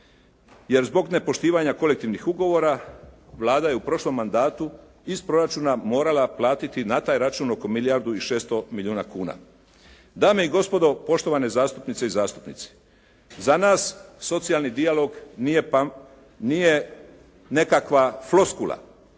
jer zbog nepoštivanja kolektivnih ugovora Vlada je u prošlom mandatu iz proračuna morala platiti na taj račun oko milijardu i 600 milijuna kuna. Dame i gospodo, poštovane zastupnice i zastupnici za nas socijalni dijalog nije nekakva floskula